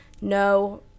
No